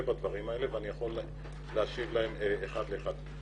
בדברים האלה ואני יכול להשיב להם אחד לאחד.